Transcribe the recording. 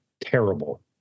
terrible